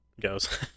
Goes